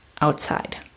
outside